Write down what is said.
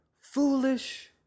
foolish